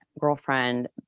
girlfriend